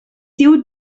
diu